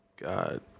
God